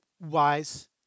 Wise